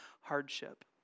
hardship